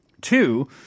Two